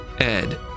Ed